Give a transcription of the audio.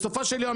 בסופו של יום,